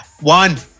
One